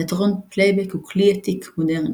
תיאטרון פלייבק הוא כלי עתיק – מודרני,